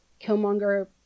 killmonger